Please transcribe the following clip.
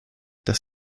das